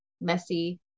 messy